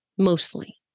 Mostly